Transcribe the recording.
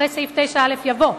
אחרי סעיף 9א יבוא: